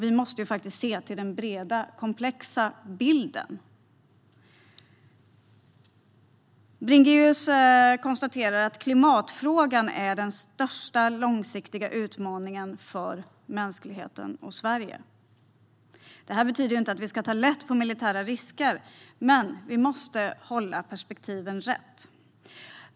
Vi måste faktiskt se till den breda, komplexa bilden. Bringéus konstaterar att klimatfrågan är den största långsiktiga utmaningen för mänskligheten och Sverige. Det betyder inte att vi ska ta lätt på militära risker, men vi måste hålla perspektiven rätt.